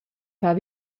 far